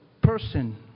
person